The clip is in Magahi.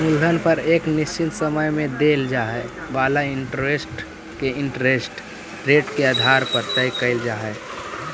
मूलधन पर एक निश्चित समय में देल जाए वाला इंटरेस्ट के इंटरेस्ट रेट के आधार पर तय कईल जा हई